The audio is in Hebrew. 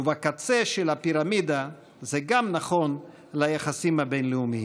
ובקצה של הפירמידה זה נכון גם ליחסים הבין-לאומיים.